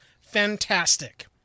fantastic